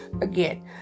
Again